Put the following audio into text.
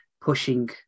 pushing